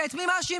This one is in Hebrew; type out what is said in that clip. ואת מי מאשימים?